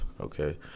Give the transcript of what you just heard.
okay